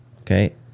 okay